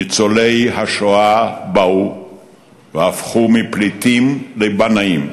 ניצולי השואה באו והפכו מפליטים לבנאים.